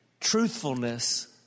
truthfulness